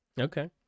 Okay